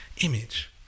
image